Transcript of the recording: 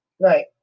Right